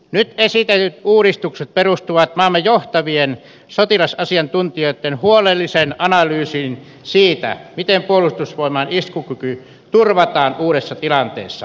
nyt esitetyt uudistukset perustuvat maamme johtavien sotilasasiantuntijoitten huolelliseen analyysiin siitä miten puolustusvoimain iskukyky turvataan uudessa tilanteessa